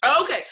Okay